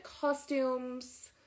costumes